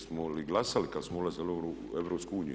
Jesmo li glasali kada smo ulazili u EU?